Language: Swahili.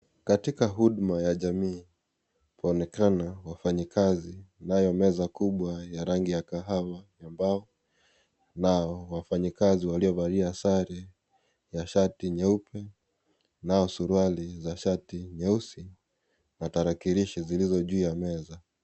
Katika huduma ya jamii inaonekana wafanyakazi kunayo meza kubwa ya rangi ya kahawa ambao na wafanyakazi waliovalia sare ya shati nyeupe na suruali za shati nyeusi na tarakilishi zilizo juu ya meza.